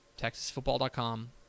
TexasFootball.com